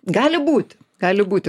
gali būt gali būti